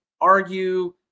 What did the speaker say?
argue